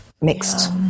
mixed